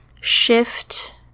shift